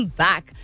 back